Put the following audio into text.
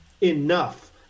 enough